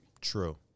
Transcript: True